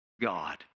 God